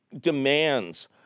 demands